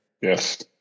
Yes